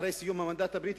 אחרי סיום המנדט הבריטי,